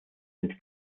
sind